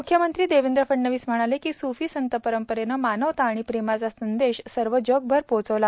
मुख्यमंत्री देवेंद्र फडणवीस म्हणाले सुफी संतपरंपरेने मानवता व प्रेमाचा संदेश सर्व जगभर पोहचविला